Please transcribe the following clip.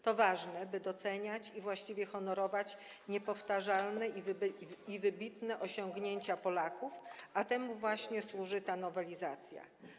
To ważne, by doceniać i właściwie honorować niepowtarzalne i wybitne osiągnięcia Polaków, a temu właśnie służy ta nowelizacja.